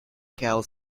cal